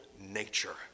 nature